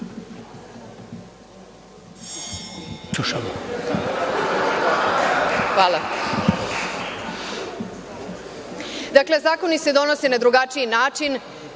Hvala. Dakle, zakoni se donose na drugačiji način.